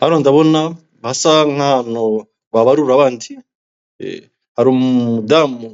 Hano ndabona hasa nk'ahantu babarura abandi, hari umudamu